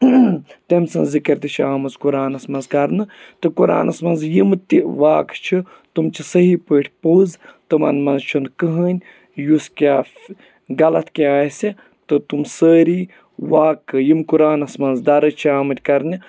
تٔمۍ سٕنٛز ذِکِر تہِ چھِ آمٕژ قُرانَس منٛز کَرنہٕ تہٕ قُرانَس منٛز یِمہٕ تہِ واقع چھِ تٕم چھِ صحیح پٲٹھۍ پوٚز تٕمَن منٛز چھُنہٕ کٕہٕنۍ یُس کیٛاہ غلط کینٛہہ آسہِ تہٕ تٕم سٲری واقعہٕ یِم قُرانَس منٛز درٕج چھِ آمٕتۍ کَرنہِ